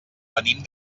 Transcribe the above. venim